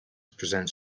presents